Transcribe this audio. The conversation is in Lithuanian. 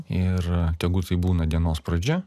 ir tegu tai būna dienos pradžia